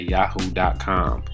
Yahoo.com